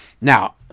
Now